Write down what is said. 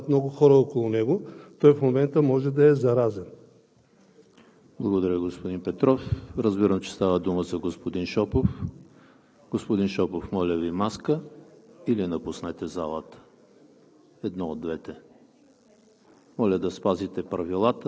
и да помолите да се въдвори редът, който е приет в това Народно събрание. Минават много хора около него и той в момента може да е заразен. ПРЕДСЕДАТЕЛ ЕМИЛ ХРИСТОВ: Благодаря, господин Петров. Разбирам, че става дума за господин Шопов. Господин Шопов, моля Ви маска или напуснете залата